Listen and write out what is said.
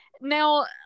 Now